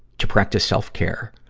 to practice self-care.